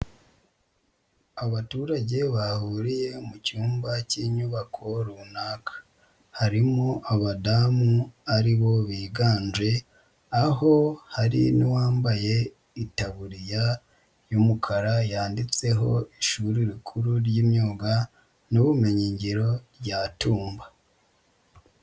Abaturage bahuriye mu cyumba cy'inyubako runaka, harimo abadamu ari bo biganje, aho hari n'uwambaye itaburiya y'umukara yanditseho ishuri rikuru ry'imyuga n'ubumenyingiro rya Tumba.